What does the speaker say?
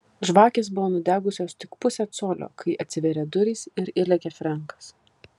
žvakės buvo nudegusios tik pusę colio kai atsivėrė durys ir įlėkė frenkas